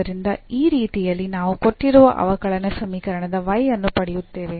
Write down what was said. ಆದ್ದರಿಂದ ಆ ರೀತಿಯಲ್ಲಿ ನಾವು ಕೊಟ್ಟಿರುವ ಅವಕಲನ ಸಮೀಕರಣದ y ಅನ್ನು ಪಡೆಯುತ್ತೇವೆ